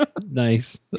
Nice